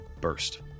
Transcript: burst